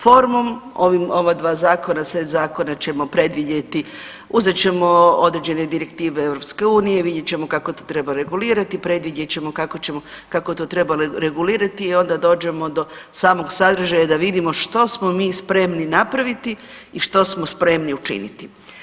Formom ova dva zakona, set zakona ćemo predvidjeti, uzet ćemo određene direktive EU, vidjet ćemo kako to treba regulirati, predvidjet ćemo kako je to trebalo regulirati i onda dođemo do samog sadržaja da vidimo što smo mi spremni napraviti i što smo spremni učiniti.